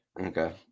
Okay